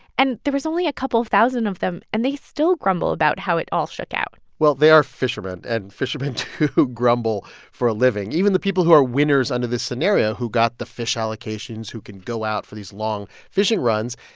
and there was only a couple thousand of them, and they still grumble about how it all shook out well, they are fishermen, and fishermen do grumble for a living. even the people who are winners under this scenario who got the fish allocations, who can go out for these long fishing runs,